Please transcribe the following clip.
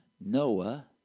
Noah